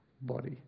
body